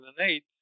2008